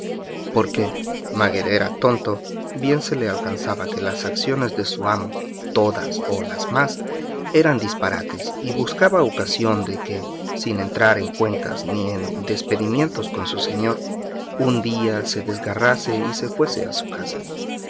tenerle porque maguer era tonto bien se le alcanzaba que las acciones de su amo todas o las más eran disparates y buscaba ocasión de que sin entrar en cuentas ni en despedimientos con su señor un día se desgarrase y se fuese a su casa